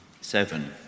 Seven